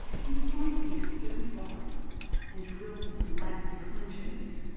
he pointed me to certain volumes and drilled me on latin declensions.